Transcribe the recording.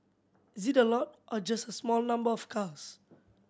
is it a lot or just a small number of cars